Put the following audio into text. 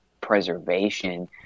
preservation